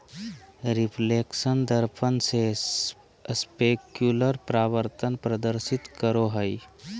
reflection दर्पण से specular परावर्तन प्रदर्शित करो हइ